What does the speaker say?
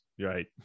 right